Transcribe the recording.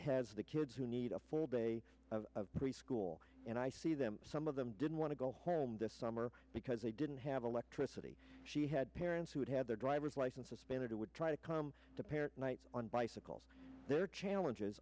has the kids who need a full day of preschool and i see them some of them didn't want to go home this summer because they didn't have electricity she had parents who had had their driver's license suspended who would try to come to parent night on bicycles their challenges